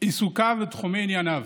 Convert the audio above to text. עיסוקיו ותחומי העניין.